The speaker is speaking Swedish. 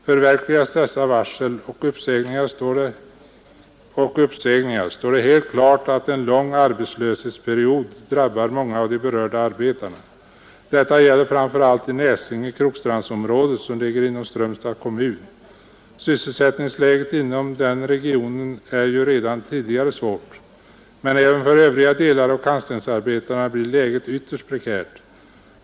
Förverkligas dessa varsel och uppsägningar står det helt klart att en lång arbetslöshetsperiod drabbar många av de berörda arbetarna. Detta gäller framför allt i Näslinge—Krokstrandsområdet som ligger inom Strömstads kommun. Sysselsättningsläget inom den regionen är ju redan tidigare svårt. Men även för övriga delar av kantstensarbetarna blir läget ytterst prekärt.